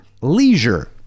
Leisure